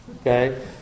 Okay